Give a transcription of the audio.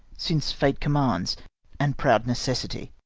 since fate commands and proud necessity.